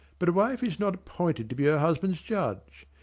but a wife is not appointed to be her husband's judge.